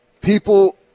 People